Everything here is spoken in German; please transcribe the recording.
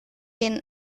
den